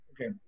Okay